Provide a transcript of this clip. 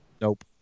nope